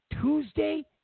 Tuesday